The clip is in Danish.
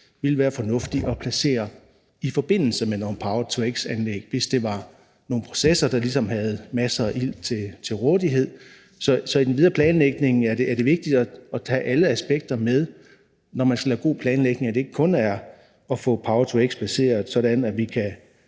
ville være fornuftigt at placere i forbindelse med nogle power-to-x-anlæg, hvis det var nogle processer, der ligesom havde masser af ilt til rådighed. Så i den videre planlægning er det vigtigt at tage alle aspekter med, når man skal lave en god planlægning – at det ikke kun er at få power-to-x placeret